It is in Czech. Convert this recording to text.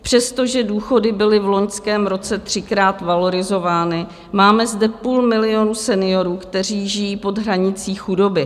Přestože důchody byly v loňském roce třikrát valorizovány, máme zde půl milionu seniorů, kteří žijí pod hranicí chudoby.